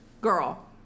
girl